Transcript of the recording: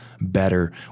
better